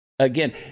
Again